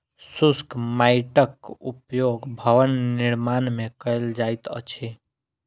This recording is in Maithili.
शुष्क माइटक उपयोग भवन निर्माण मे कयल जाइत अछि